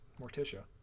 Morticia